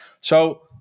So-